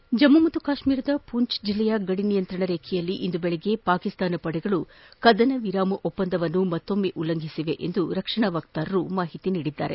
ಜಮ್ಮ ಕಾಶ್ತೀರದ ಪೂಂಚ್ ಜಿಲ್ಲೆಯ ಗಡಿ ನಿಯಂತ್ರಣರೇಖೆಯಲ್ಲಿ ಇಂದು ಬೆಳಗ್ಗೆ ಪಾಕಿಸ್ತಾನ ಪಡೆಗಳು ಕದನ ವಿರಾಮ ಒಪ್ಪಂದವನ್ನು ಮತ್ತೊಮ್ನ ಉಲ್ಲಂಘಿಸಿದೆ ಎಂದು ರಕ್ಷಣಾ ವಕ್ತಾರರು ತಿಳಿಸಿದ್ದಾರೆ